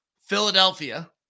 Philadelphia